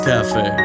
Cafe